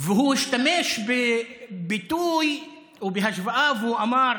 הוא השתמש בביטוי ובהשוואה והוא אמר: